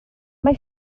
mae